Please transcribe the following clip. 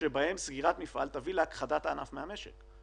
שבהם סגירת מפעל תביא להכחדת הענף מהמשק.